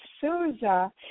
Souza